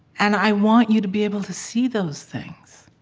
and i want you to be able to see those things.